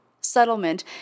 settlement